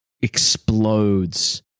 explodes